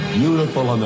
beautiful